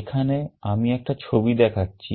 এখানে আমি একটা ছবি দেখাচ্ছি